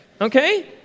Okay